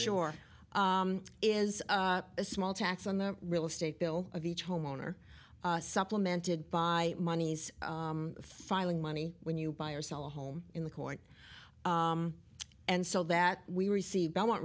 sure it is a small tax on the real estate bill of each homeowner supplemented by moneys filing money when you buy or sell a home in the court and so that we receive belmont